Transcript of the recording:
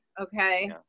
Okay